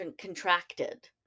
contracted